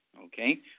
okay